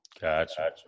Gotcha